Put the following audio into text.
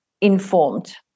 informed